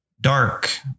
dark